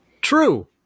True